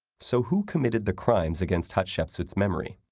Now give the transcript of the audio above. so who committed the crimes against hatshepsut's memory?